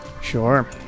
Sure